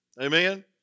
amen